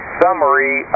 summary